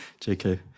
JK